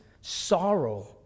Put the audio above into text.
sorrow